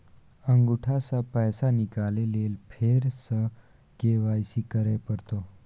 अंगूठा स पैसा निकाले लेल फेर स के.वाई.सी करै परतै?